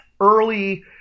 early